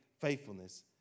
faithfulness